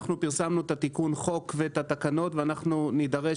פרסמנו את תיקון החוק ואת התקנות ואנחנו נידרש,